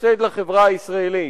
הפסד לחברה הישראלית.